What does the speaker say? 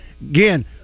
Again